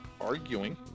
arguing